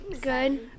Good